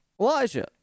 Elijah